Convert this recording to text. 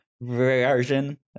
version